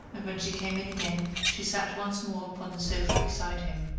and when she came in again she sat once more upon the sofa beside him.